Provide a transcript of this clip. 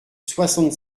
soixante